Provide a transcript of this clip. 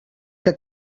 que